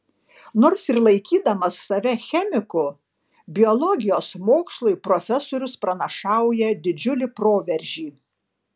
nors ir laikydamas save chemiku biologijos mokslui profesorius pranašauja didžiulį proveržį